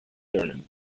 tournament